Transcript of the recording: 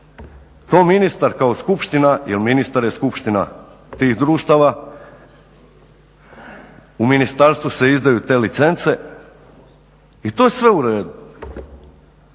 to ministar kao skupština jel ministar je skupština tih društava u ministarstvu se izdaju te licence i to je sve uredu.